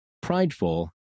prideful